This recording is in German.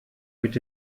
mit